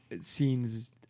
scenes